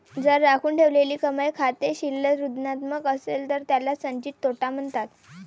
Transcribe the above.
जर राखून ठेवलेली कमाई खाते शिल्लक ऋणात्मक असेल तर त्याला संचित तोटा म्हणतात